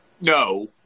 no